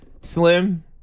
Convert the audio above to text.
Slim